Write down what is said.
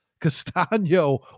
Castano